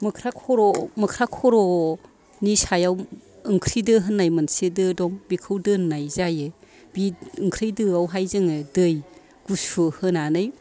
मोख्रा खर' मोख्रा खर'नि सायाव ओंख्रि दो होननाय मोनसे दो दं बेखौ दोननाय जायो ओंख्रि दोआव हाय जोङो दै गुसु होनानै